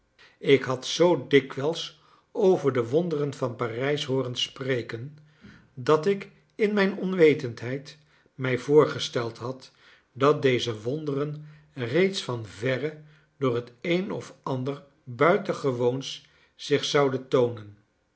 ik had zoo dikwijls over de wonderen van parijs hooren spreken dat ik in mijn onwetendheid mij voorgesteld had dat deze wonderen reeds van verre door het een of ander buitengewoons zich zouden toonen